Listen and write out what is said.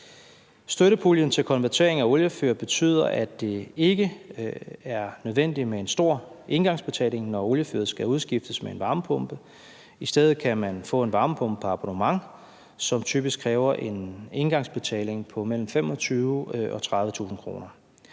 Støttepuljen til konvertering af oliefyr betyder, at det ikke er nødvendigt med en stor engangsbetaling, når oliefyret skal udskiftes med en varmepumpe. I stedet kan man få en varmepumpe på abonnement, som typisk kræver en engangsbetaling på mellem 25.000 og 30.000 kr.